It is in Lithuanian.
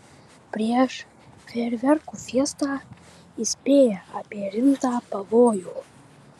prieš fejerverkų fiestą įspėja apie rimtą pavojų